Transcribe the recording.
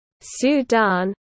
Sudan